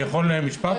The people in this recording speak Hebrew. אני יכול להגיד משפט?